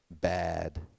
bad